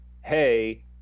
Hey